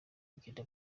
kugenda